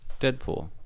Deadpool